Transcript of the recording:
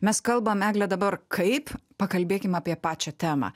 mes kalbam egle dabar kaip pakalbėkim apie pačią temą